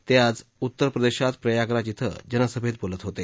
ते आज उत्तर प्रदेशात प्रयागराज श्वीं जनसभेत बोलत होते